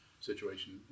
situation